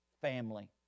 family